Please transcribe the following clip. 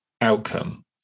outcome